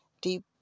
deep